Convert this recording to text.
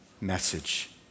message